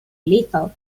lethal